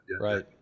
Right